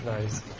Nice